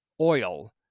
oil